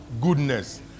Goodness